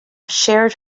shared